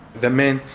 the men,